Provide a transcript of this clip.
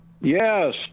Yes